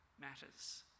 matters